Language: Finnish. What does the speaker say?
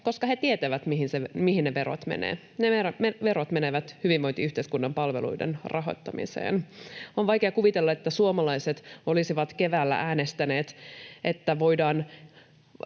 koska he tietävät, mihin ne verot menevät. Ne verot menevät hyvinvointiyhteiskunnan palveluiden rahoittamiseen. On vaikea kuvitella, että suomalaiset olisivat keväällä äänestäneet, että voidaan